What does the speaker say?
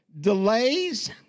delays